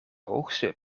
hoogste